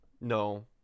No